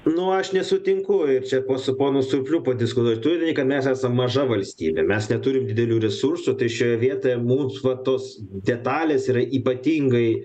nu aš nesutinku ir čia po su ponu surpliu padiskutuot turinį kad mes esame maža valstybė mes neturim didelių resursų tai šioje vietoje mums va tos detalės yra ypatingai